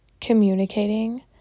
communicating